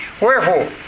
Wherefore